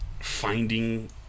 finding